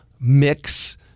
mix